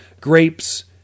grapes